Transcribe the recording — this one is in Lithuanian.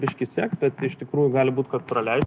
biškį sekt bet iš tikrųjų gali būt kad pralei